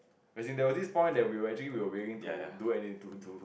as in there was this point they will actually will waiting to do any to to